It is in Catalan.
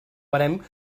barem